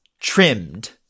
trimmed